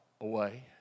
away